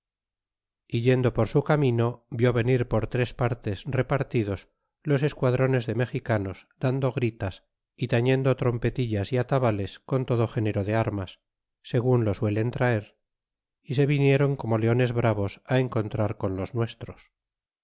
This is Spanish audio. yendo por su camino vió venir por tres partes repartidos los esquadrones de mexicanos dando gritas y tañendo trompetillas y atabales con todo género de armas segun lo suelen traer y se vinieron como leones bravos á encontrar con los nuestros